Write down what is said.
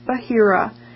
Bahira